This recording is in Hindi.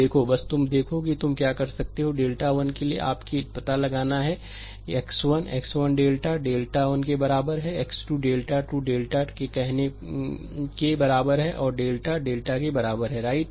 देखो बस तुम देखो कि तुम क्या कर सकते हैं डेल्टा 1 के लिए आप के लिए पता लगाना है x 1 x 1 डेल्टा1 डेल्टाके बराबर है x 2डेल्टा 2 के डेल्टाकहने के बराबर है और xnडेल्टा के बराबर हैराइट